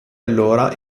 allora